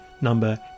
number